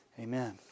Amen